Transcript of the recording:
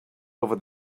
over